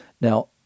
Now